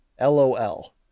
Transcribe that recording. LOL